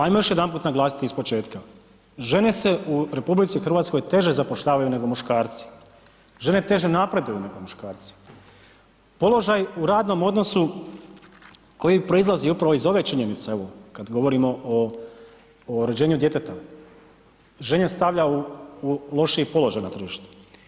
Ajmo još jedanput naglasiti ispočetka, žene se u Republici Hrvatskoj teže zapošljavaju nego muškarci, žene teže napreduju nego muškarci, položaj u radnom odnosu koji proizlazi upravo iz ove činjenice, evo kad govorimo o, o rođenju djeteta, žene stavlja u, u lošiji položaj na tržištu.